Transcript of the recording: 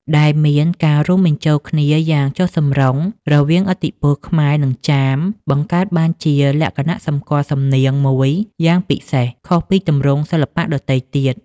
ដែលមានការរួមបញ្ចូលគ្នាយ៉ាងចុះសម្រុងរវាងឥទ្ធិពលខ្មែរ និងចាម បង្កើតបានជាលក្ខណៈសម្គាល់សំនៀងមួយយ៉ាងពិសេសខុសពីទម្រង់សិល្បៈដទៃទៀត។